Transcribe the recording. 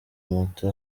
moto